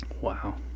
Wow